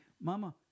Mama